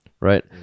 right